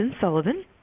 Sullivan